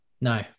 No